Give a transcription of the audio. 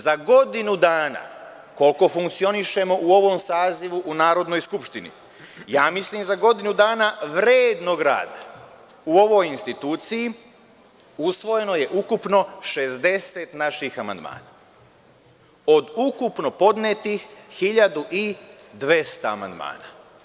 Za godinu dana koliko funkcionišemo u ovom sazivu u Narodnoj skupštini, ja mislim za godinu dana vrednog rada u ovoj instituciju, usvojeno je ukupno 60 naših amandmana od ukupno podnetih 1.200 amandmana.